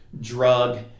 drug